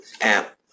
app